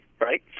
right